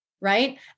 right